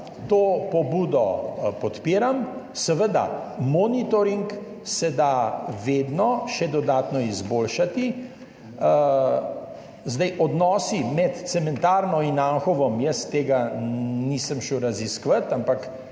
to pobudo podpiram. Seveda, monitoring se da vedno še dodatno izboljšati. Odnosi med cementarno in Anhovim, jaz tega nisem šel raziskovat, ampak